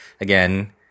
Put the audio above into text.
Again